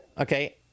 Okay